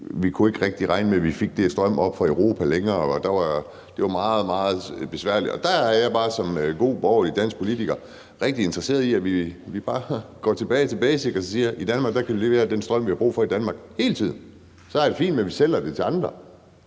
kunne regne med, at vi fik den strøm op fra Europa, og at det var meget, meget besværligt. Og der er jeg bare som en god borgerlig dansk politiker rigtig interesseret i, at vi går tilbage til det basale og siger: I Danmark kan vi levere den strøm, vi har brug for, hele tiden. Så har jeg det fint med, at vi sælger det til andre.